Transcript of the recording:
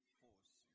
force